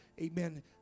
Amen